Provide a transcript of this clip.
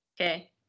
Okay